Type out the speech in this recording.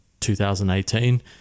2018